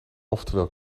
oftewel